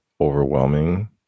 overwhelming